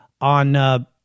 on